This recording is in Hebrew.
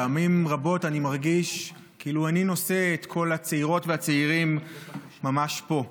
פעמים רבות אני מרגיש כאילו אני נושא את קול הצעירות והצעירים ממש פה.